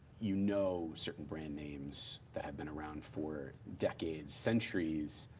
you know certain brand names that have been around for decades, centuries,